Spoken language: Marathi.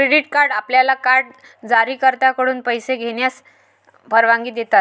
क्रेडिट कार्ड आपल्याला कार्ड जारीकर्त्याकडून पैसे घेण्यास परवानगी देतात